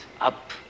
Up